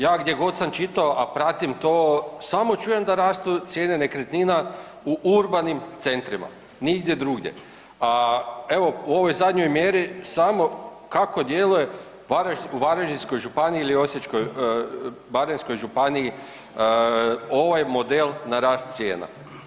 Ja gdje god sam čitao, a pratim to samo čujem da rastu cijene nekretnina u urbanim centrima, nigdje drugdje, a evo u ovoj zadnjoj mjeri samo kako djeluje u Varaždinskoj županiji ili Osječko-baranjskoj županiji ovaj model na rast cijena.